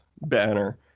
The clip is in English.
banner